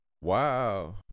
Wow